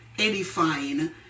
edifying